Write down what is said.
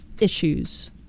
issues